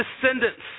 descendants